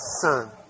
son